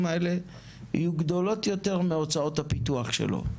האלה יהיו גדולות יותר מהוצאות הפיתוח שלו.